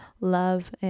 love